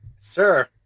Sir